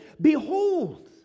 Behold